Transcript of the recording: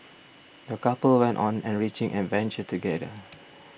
the couple went on enriching adventure together